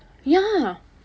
ya